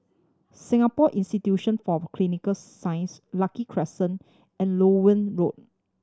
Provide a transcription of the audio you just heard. Singapore Institution for Clinical Sciences Lucky Crescent and Loewen Road